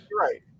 right